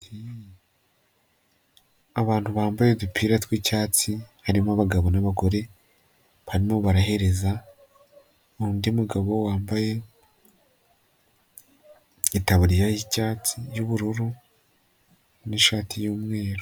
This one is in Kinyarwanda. Abantu bambaye udupira tw'icyatsi harimo abagabo n'abagore barimo barahereza undi mugabo wambaye itaburiya y'icyatsi y'ubururu n'ishati y'umweru.